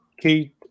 keith